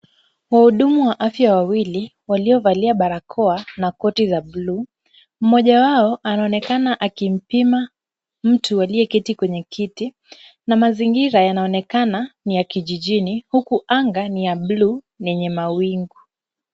Wahudumu wa afya wawili, waliovalia barakoa na koti za bluu. Mmoja wao anaonekana akimpima mtu aliyeketi kwenye kiti na mazingira yanaonekana ni ya kijijini huku anga ni ya bluu, ni yenye mawingu.